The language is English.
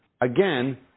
again